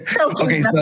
Okay